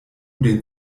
den